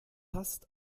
hast